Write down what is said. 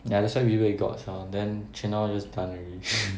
ya that's why we wait got sound then chen hao just done already